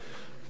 תודה.